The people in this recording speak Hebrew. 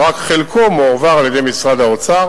ורק חלקו מועבר על-ידי משרד האוצר